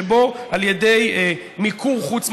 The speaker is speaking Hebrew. שבו על ידי מיקור חוץ,